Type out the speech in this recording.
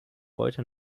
heute